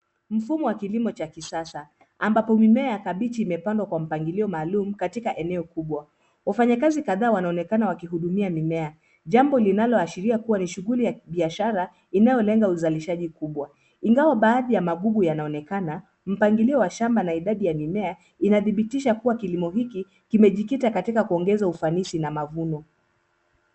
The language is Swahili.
Mfumo wa kilimo cha kisasa ambapo mimea ya kabichi imepandwa kwa mpangilio maalum katika eneo kubwa. Wafanyakazi kadhaa wanaonekana wakihudumia mimea jambo linaloashiria kuwa ni shughuli ya kibiashara inayolenga uzalishaji kubwa. Ingawa baadhi ya magugu yanaonekana, mpangilio wa shamba na idadi ya mimea inadhibitisha kuwa kilimo hiki kimejikita katika kuongeza ufanisi na mavuno.